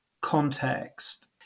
context